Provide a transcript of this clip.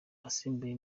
asimbuye